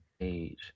Age